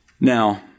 Now